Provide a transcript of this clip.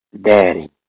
Daddy